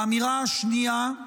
האמירה השנייה,